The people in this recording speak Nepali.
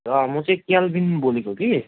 म चाहिँ केल्भिन बोलेको कि